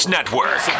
Network